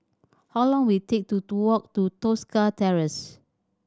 how long will it take to walk to Tosca Terrace